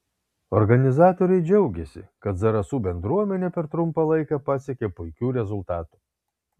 organizatoriai džiaugėsi kad zarasų bendruomenė per trumpą laiką pasiekė puikių rezultatų